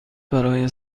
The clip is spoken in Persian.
برای